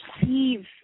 receive